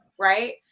right